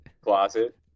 Closet